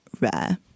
rare